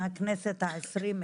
מהכנסת העשרים,